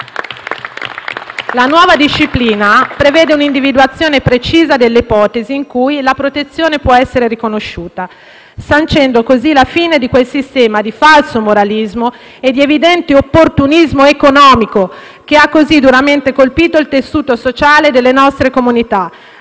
La nuova disciplina prevede un'individuazione precisa delle ipotesi in cui la protezione può essere riconosciuta, sancendo così la fine di quel sistema di falso moralismo e di evidente opportunismo economico che ha così duramente colpito il tessuto sociale delle nostre comunità,